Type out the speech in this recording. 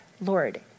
Lord